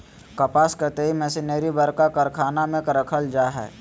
कपास कताई मशीनरी बरका कारखाना में रखल जैय हइ